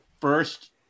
first